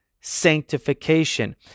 sanctification